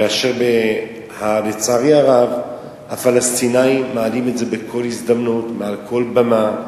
כאשר לצערי הרב הפלסטינים מעלים את זה בכל הזדמנות מעל כל במה,